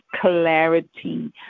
clarity